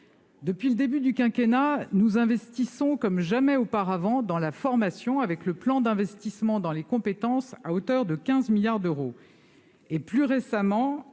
Depuis le début du quinquennat, nous investissons comme jamais dans la formation : je pense notamment au plan d'investissement dans les compétences à hauteur de 15 milliards d'euros. Plus récemment,